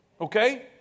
Okay